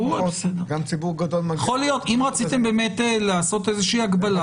אם רציתם באמת לעשות איזה שהיא הגבלה,